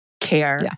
care